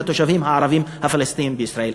התושבים הערבים הפלסטינים בישראל.